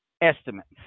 estimates